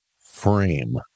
frame